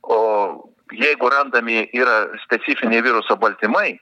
o jeigu randami yra specifiniai viruso baltymai